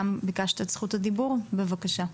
גם אתה ביקשת את זכות הדיבור, בבקשה.